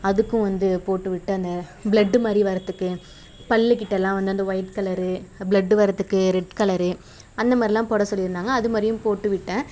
அதுக்கும் வந்து போட்டு விட்டு அந்த பிளட்டு மாதிரி வரதுக்கு பல்லுக்கிட்டெலாம் வந்து அந்த ஒயிட் கலரு பிளட் வரதுக்கு ரெட் கலரு அந்த மாதிரிலாம் போட சொல்லியிருந்தாங்க அது மாதிரியும் போட்டு விட்டேன்